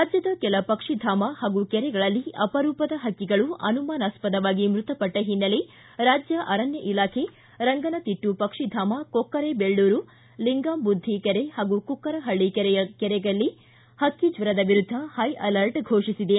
ರಾಜ್ಗದ ಕೆಲ ಪಕ್ಷಿಧಾಮ ಪಾಗೂ ಕೆರೆಗಳಲ್ಲಿ ಅಪರೂಪದ ಪಕ್ಷಿಗಳು ಅನುಮಾನಾಸ್ಪದವಾಗಿ ಮೃತಪಟ್ಟ ಹಿನ್ನೆಲೆ ರಾಜ್ಗ ಅರಣ್ಯ ಇಲಾಖೆ ರಂಗನತಿಟ್ಟು ಪಕ್ಷಿಧಾಮ ಕೊಕ್ಕರೆ ಬೆಳ್ಳೂರು ಲಿಂಗಾಂಬುಧಿ ಕೆರೆ ಹಾಗೂ ಕುಕ್ಕರಪಳ್ಳ ಕೆರೆಯಲ್ಲಿ ಪಕ್ಕಿ ಜ್ವರದ ವಿರುದ್ದ ಹೈಅಲರ್ಟ್ ಫೋಷಿಸಿದೆ